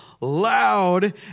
loud